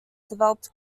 developed